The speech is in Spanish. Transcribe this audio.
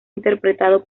interpretado